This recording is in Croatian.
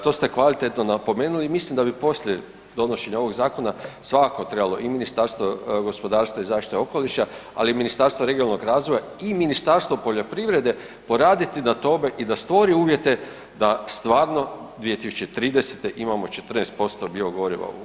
To ste kvalitetno napomenuli i mislim da bi poslije donošenja ovog zakona svakako trebalo i Ministarstva gospodarstva i zaštite okoliša, ali i Ministarstvo regionalnog razvoja i Ministarstvo poljoprivrede poraditi na tome i da stvori uvjete da stvarno 2030. imamo 14% biogoriva u gorivu.